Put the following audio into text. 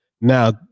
Now